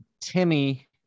Timmy